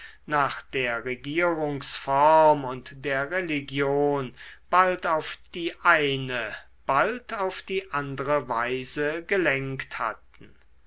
nach der regierungsform und der religion bald auf die eine bald auf die andere weise gelenkt hatten